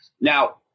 Now